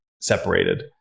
separated